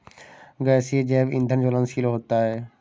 गैसीय जैव ईंधन ज्वलनशील होता है